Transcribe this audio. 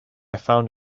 found